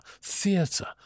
theatre